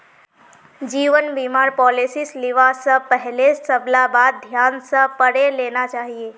जीवन बीमार पॉलिसीस लिबा स पहले सबला बात ध्यान स पढ़े लेना चाहिए